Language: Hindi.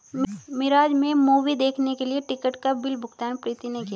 मिराज में मूवी देखने के लिए टिकट का बिल भुगतान प्रीति ने किया